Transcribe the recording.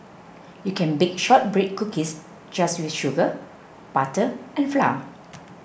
you can bake Shortbread Cookies just with sugar butter and flour